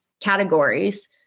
categories